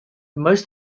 most